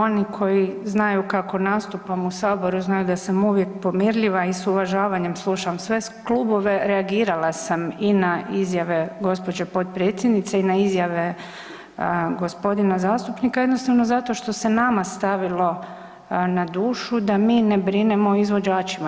Oni koji znaju kako nastupam u saboru znaju da sam uvijek pomirljiva i s uvažavanjem slušam sve klubove, reagirala sam i na izjave gospođe potpredsjednice i na izjave gospodina zastupnika jednostavno zato što se nama stavilo na dušu da mi ne brinemo o izvođačima.